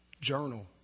journal